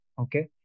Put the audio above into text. Okay